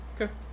Okay